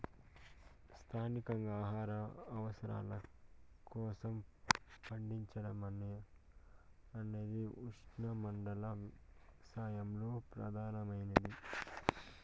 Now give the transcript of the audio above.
స్థానికంగా ఆహార అవసరాల కోసం పండించడం అన్నది ఉష్ణమండల వ్యవసాయంలో ప్రధానమైనది